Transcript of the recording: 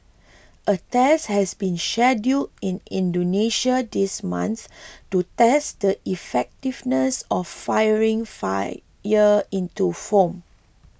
a test has been scheduled in Indonesia this month to test the effectiveness of firing fight year into foam